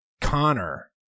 connor